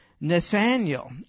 Nathaniel